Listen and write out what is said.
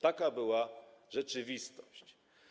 Taka była rzeczywistość.